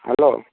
hello